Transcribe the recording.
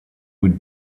would